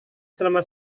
selama